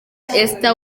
esther